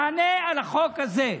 תענה על החוק הזה.